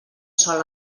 sol